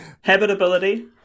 Habitability